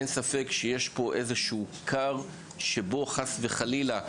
אין ספק שיש פה איזשהו קו שבו חס וחלילה,